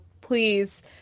please